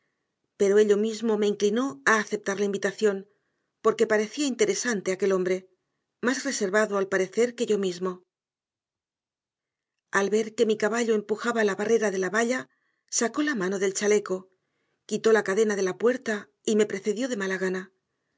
pero ello mismo me inclinó a aceptar la invitación porque parecía interesante aquel hombre más reservado al parecer que yo mismo al ver que mi caballo empujaba la barrera de la valla sacó la mano del chaleco quitó la cadena de la puerta y me precedió de mala gana